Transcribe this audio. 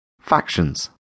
Factions